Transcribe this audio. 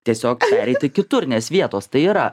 tiesiog pereiti kitur nes vietos tai yra